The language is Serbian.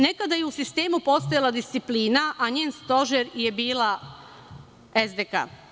Nekada je u sistemu postojala disciplina, a njen stožer je bila SDK.